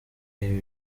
ibi